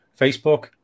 Facebook